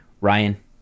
Ryan